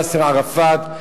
יאסר ערפאת,